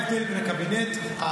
מי התחיל עם הפרשנות של התלמוד?